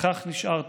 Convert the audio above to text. וכך נשארת,